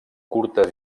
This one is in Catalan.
curtes